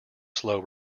slow